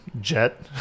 jet